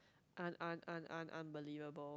un un un un unbelievable